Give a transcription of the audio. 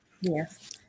Yes